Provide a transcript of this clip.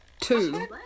Two